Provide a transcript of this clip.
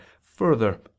further